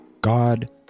God